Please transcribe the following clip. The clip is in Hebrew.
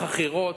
היום החכירה,